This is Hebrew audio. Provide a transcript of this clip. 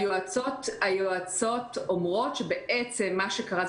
היועצות אומרת שמה שקרה,